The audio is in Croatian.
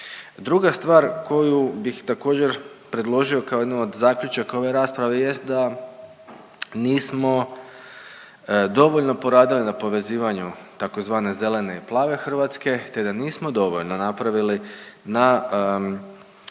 Druga stvar koju bih također predložio kao jednu od zaključaka ove rasprave jest da nismo dovoljno poradili na povezivanju tzv. zelene i plave Hrvatske, te da nismo dovoljno napravili na